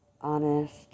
honest